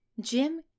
Jim